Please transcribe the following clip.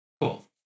Cool